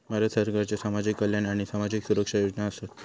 भारत सरकारच्यो सामाजिक कल्याण आणि सामाजिक सुरक्षा योजना आसत